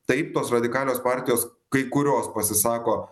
taip tos radikalios partijos kai kurios pasisako